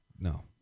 no